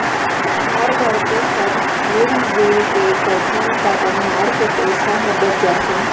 घर भरके सब मिरजुल के करथन त बनिहार के पइसा ह बच जाथे